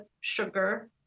sugar